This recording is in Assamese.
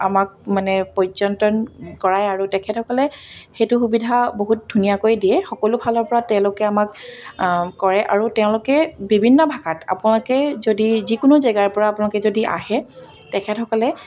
আমাক মানে পৰ্যটন কৰায় আৰু তেখেতসকলে সেইটো সুবিধা বহুত ধুনীয়াকৈ দিয়ে সকলো ফালৰ পৰা তেওঁলোকে আমাক কৰে আৰু তেওঁলোকে বিভিন্ন ভাষাত আপোনালোকে যদি যিকোনো জেগাৰ পৰা আপোনালোকে যদি আহে তেখেতসকলে